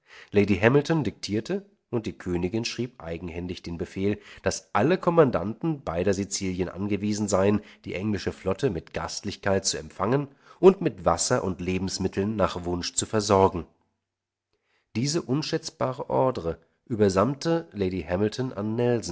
lady hamilton diktierte und die königin schrieb eigenhändig den befehl daß alle kommandanten beider sizilien angewiesen seien die englische flotte mit gastlichkeit zu empfangen und mit wasser und lebensmitteln nach wunsch zu versorgen diese unschätzbare ordne übersandte lady hamilton